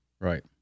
right